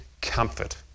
comfort